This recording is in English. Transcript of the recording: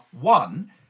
one